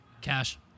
Cash